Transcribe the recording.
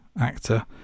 actor